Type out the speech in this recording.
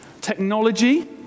technology